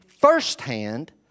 firsthand